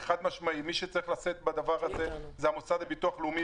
חד-משמעית: מי שצריך לשאת בזה הוא המוסד לביטוח לאומי,